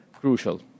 crucial